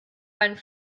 ein